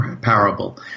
parable